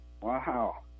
Wow